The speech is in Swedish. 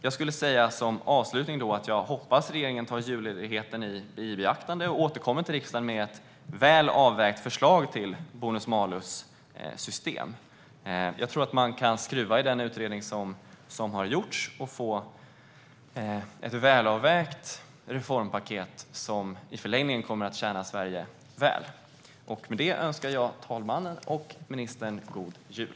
Jag hoppas att regeringen tar julledigheten i beaktande och sedan återkommer till riksdagen med ett väl avvägt förslag till bonus-malus-system. Jag tror att man kan skruva i den utredning som har gjorts och få ett välavvägt reformpaket som i förlängningen kommer att tjäna Sverige väl. Med det önskar jag talmannen och ministern en god jul!